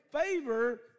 Favor